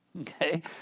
Okay